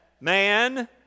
man